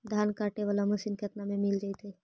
धान काटे वाला मशीन केतना में मिल जैतै?